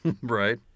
Right